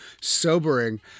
sobering